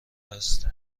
است